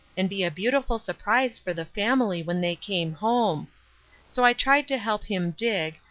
and be a beautiful surprise for the family when they came home so i tried to help him dig,